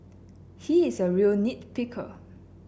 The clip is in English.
he is a real nit picker